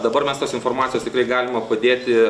dabar mes tos informacijos tikrai galima padėti